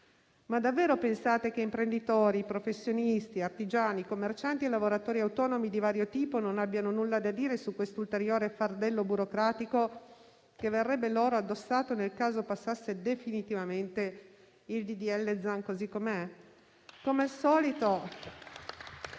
Ma davvero pensate che imprenditori, professionisti, artigiani, commercianti e lavoratori autonomi di vario tipo non abbiano nulla da dire su questo ulteriore fardello burocratico che verrebbe loro addossato nel caso passasse definitivamente il disegno di legge Zan così